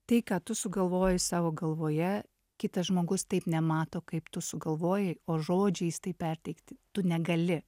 tai ką tu sugalvoji savo galvoje kitas žmogus taip nemato kaip tu sugalvojai o žodžiais tai perteikti tu negali